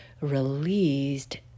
released